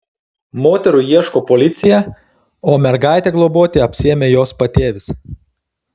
moterų ieško policija o mergaitę globoti apsiėmė jos patėvis